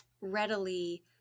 readily